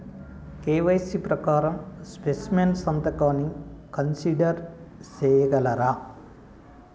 KYC ప్రకారం specimen సంతకాన్ని consider సేయగలరా?